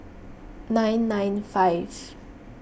nine nine five